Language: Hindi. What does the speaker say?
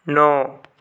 नौ